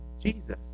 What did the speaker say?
Jesus